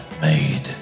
made